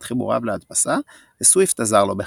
חיבוריו להדפסה וסוויפט עזר לו בכך.